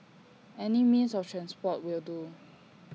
any means of transport will do